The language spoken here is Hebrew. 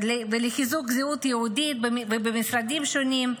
לחיזוק זהות יהודית ולמשרדים שונים,